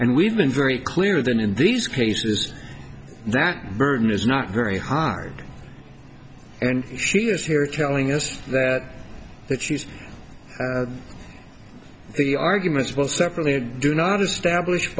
and we've been very clear than in these cases that burden is not very hard and she is here telling us that she's the arguments one separately do not establish